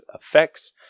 effects